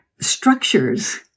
structures